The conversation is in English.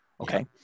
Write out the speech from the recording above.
Okay